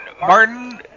Martin